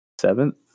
seventh